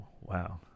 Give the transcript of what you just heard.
wow